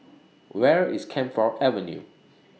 Where IS Camphor Avenue